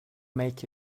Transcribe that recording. make